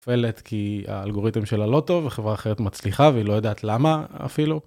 פלט כי האלגוריתם שלה לא טוב וחברה אחרת מצליחה והיא לא יודעת למה אפילו.